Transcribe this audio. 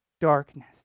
darkness